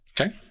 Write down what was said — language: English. Okay